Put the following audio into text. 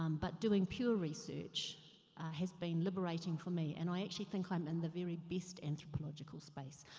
um but doing pure research has been liberating for me. and i actually think i'm in the very best anthropological space.